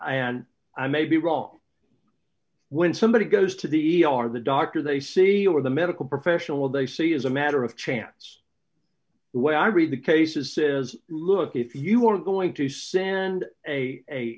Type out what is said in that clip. and i may be wrong when somebody goes to the e r the doctor they see or the medical professional they see is a matter of chance when i read the cases it is look if you were going to send a